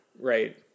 Right